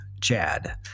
Chad